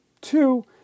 two